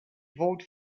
vote